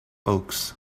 oaks